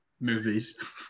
movies